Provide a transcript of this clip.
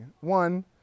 one